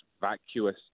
vacuous